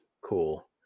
cool